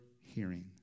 hearing